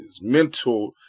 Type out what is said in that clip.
mental